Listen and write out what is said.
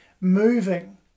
moving